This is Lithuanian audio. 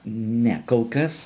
ne kol kas